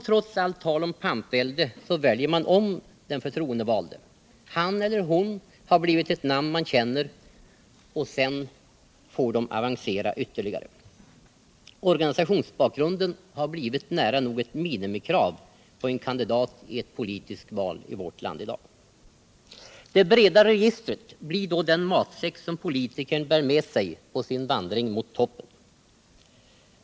Trots allt tal om pampvälde väljer man om de förtroendevalda — han eller hon har blivit ett namn man känner — och sedan får de avancera ytterligare. Organisationsbakgrunden har blivit nära nog ett minimikrav på en kandidat i ett politiskt val i vårt land. Det breda registret blir då den matsäck som politikern bär med sig på sin vandring mot toppen.